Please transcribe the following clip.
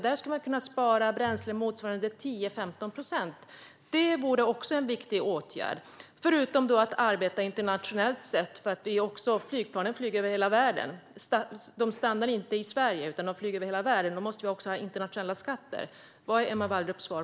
Där skulle man kunna spara bränsle på motsvarande 10-15 procent. Det vore också en viktig åtgärd - förutom att arbeta internationellt. Flygplan flyger över hela världen. De stannar inte i Sverige, utan de flyger över hela världen. Då måste det finnas internationella skatter. Vad är Emma Wallrups svar?